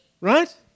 Right